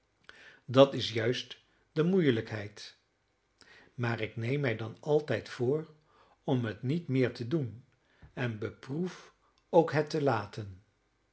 dat is juist de moeielijkheid maar ik neem mij dan altijd voor om het niet meer te doen en beproef ook het te laten